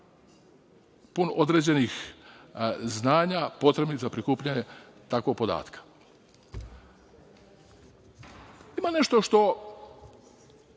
pun određenih znanja potrebnih za prikupljanje takvog podatka. Ima nešto što